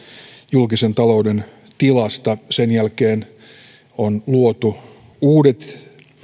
julkisen talouden tilasta sen jälkeen on luotu uudet